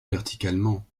verticalement